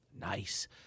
Nice